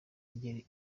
rye